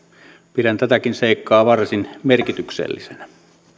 pidän tätäkin seikkaa varsin merkityksellisenä